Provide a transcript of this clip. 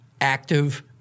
active